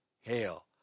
hail